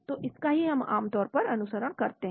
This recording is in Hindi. तो इसका ही हम आम तौर पर अनुसरण करते हैं